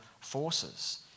forces